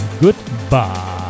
goodbye